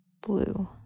blue